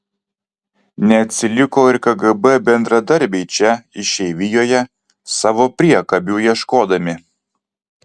neatsiliko ir kgb bendradarbiai čia išeivijoje savo priekabių ieškodami